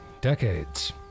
decades